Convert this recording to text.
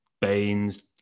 Baines